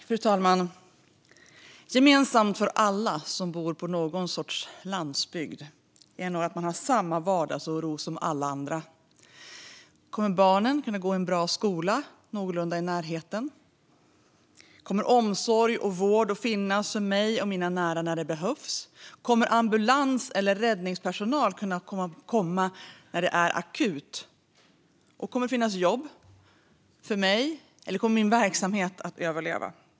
Fru talman! Gemensamt för alla som bor på någon sorts landsbygd är nog att de har samma vardagsoro som alla andra. Kommer barnen att kunna gå i en bra skola någorlunda i närheten? Kommer omsorg och vård att finnas för mig och mina nära när det behövs? Kommer ambulans eller räddningspersonal att kunna komma när det är akut? Kommer det att finnas jobb för mig? Kommer min verksamhet att överleva?